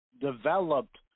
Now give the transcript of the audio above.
developed